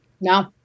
No